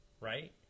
right